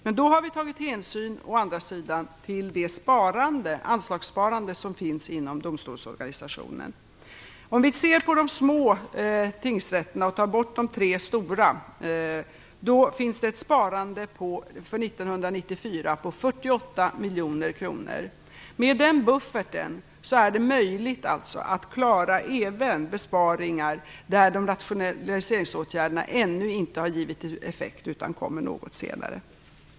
Men då har vi å andra sidan tagit hänsyn till det anslagssparande som finns inom domstolsorganisationen. Om vi ser på de små tingsrätterna och bortser från de tre stora finner man att det för 1994 finns ett sparande på 48 miljoner kronor. Med denna buffert är det alltså möjligt att klara även besparingar där rationaliseringsåtgärderna ännu inte har givit effekt utan kommer något senare.